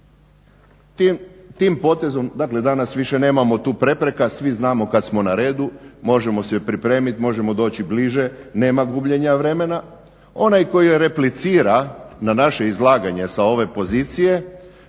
Tim potezom, dakle danas više nemamo tu prepreka, svi znamo kad smo na redu, možemo se pripremit, možemo doći bliže, nema gubljenja vremena. Onaj koji replicira na naše izlaganje sa ove pozicije